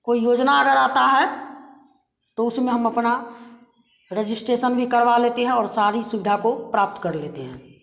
कोई योजना अगर आता है तो उसमें हम अपना रजिस्ट्रेशन भी करवा लेते हैं और सारी सुविधा को प्राप्त कर लेते हैं